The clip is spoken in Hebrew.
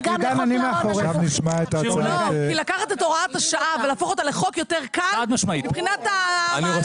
כי לקחת את הוראת השעה ולהפוך אותה לחוק יותר קל מבחינת המהלך.